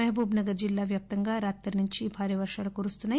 మహబూబ్ నగర్ జిల్లా వ్యాప్తంగా రాత్రి నుంచి భారీ వర్షాలు కురుస్తున్నాయి